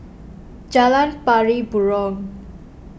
Jalan Pari Burong